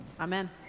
Amen